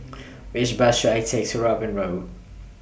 Which Bus should I Take to Robin Road